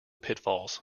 pitfalls